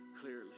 clearly